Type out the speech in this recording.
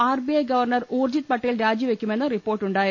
R B I governor Urjit Patel രാജിവെക്കുമെന്ന് report ഉണ്ടായിരുന്നു